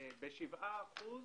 בשבעה אחוז